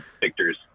Victor's